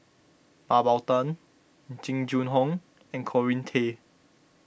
Mah Bow Tan Jing Jun Hong and Corrinne Kay